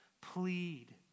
Plead